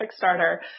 Kickstarter